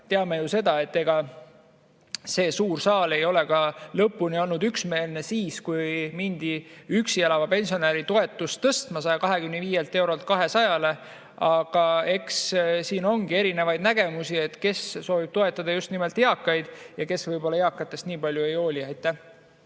Teame ju seda, et ega see suur saal ei olnud lõpuni üksmeelne siis, kui mindi üksi elava pensionäri toetust tõstma 125 eurolt 200‑le. Aga eks siin ongi erinevaid nägemusi: kes soovib toetada just nimelt eakaid ja kes võib-olla eakatest nii palju ei hooli.